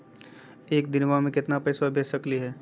एक दिनवा मे केतना पैसवा भेज सकली हे?